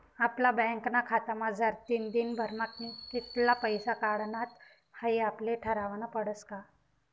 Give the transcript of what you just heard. आपला बँकना खातामझारतीन दिनभरमा कित्ला पैसा काढानात हाई आपले ठरावनं पडस का